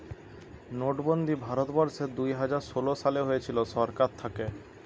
নোটবন্দি ভারত বর্ষে দুইহাজার ষোলো সালে হয়েছিল সরকার থাকে